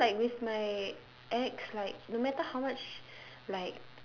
ya even like with my ex like no matter how much